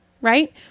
right